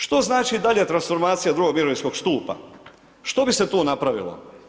Što znači dalje transformacija drugog mirovinskog stupa, što bi se tu napravilo?